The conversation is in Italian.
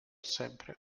sempre